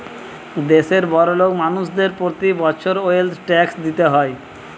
দেশের বড়োলোক মানুষদের প্রতি বছর ওয়েলথ ট্যাক্স দিতে হয়